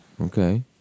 Okay